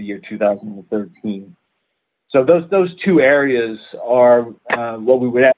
the year two thousand so those those two areas are what we would have